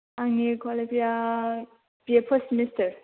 आंनि कुवालिटिया B A first semester